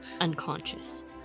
unconscious